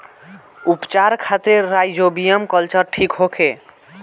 उपचार खातिर rhizobium culture ठीक होखे?